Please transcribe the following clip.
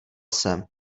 jsem